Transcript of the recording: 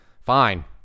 fine